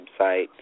website